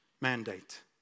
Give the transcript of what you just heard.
mandate